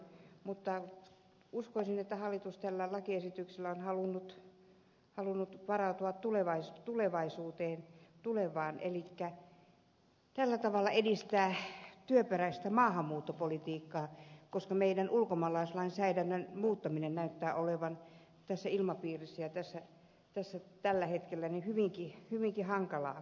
mutta uskoisin että hallitus tällä lakiesityksellään on halunnut varautua tulevaisuuteen tulevaan elikkä tällä tavalla edistää työperäistä maahanmuuttopolitiikkaa koska meidän ulkomaalaislainsäädännön muuttaminen näyttää olevan tässä ilmapiirissä tällä hetkellä hyvinkin hankalaa